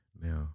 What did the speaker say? Now